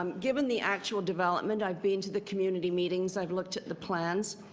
um given the actual development, i've been to the community meetings. i've looked at the plans.